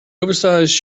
oversized